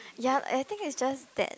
ya and I think it's just that